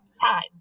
time